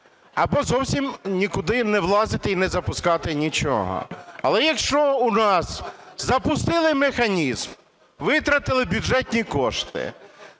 або зовсім нікуди не влазити і не запускати нічого. Але якщо у нас запустили механізм, витратили бюджетні кошти,